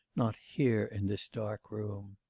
not here in this dark room.